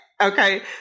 Okay